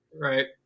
Right